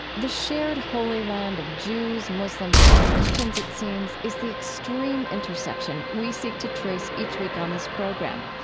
the shared holy land of jews, muslims and christians, it seems, is the extreme intersection we seek to trace each week on this program.